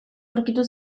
aurkitu